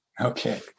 Okay